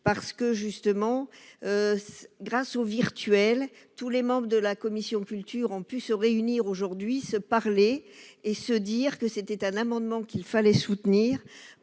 devant sa télé. Grâce au virtuel, les membres de la commission de la culture ont pu se réunir aujourd'hui, se parler et se dire que c'était un amendement qu'il fallait soutenir.